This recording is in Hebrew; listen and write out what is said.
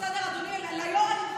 בסדר, אדוני, את היו"ר אני מכבדת.